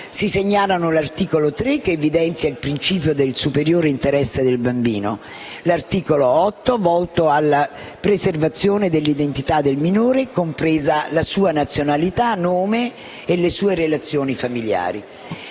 Si segnalano l'articolo 3, che evidenzia il principio del superiore interesse del bambino; l'articolo 8, volto alla preservazione dell'identità del minore, compresi la sua nazionalità, nome e le sue relazioni familiari;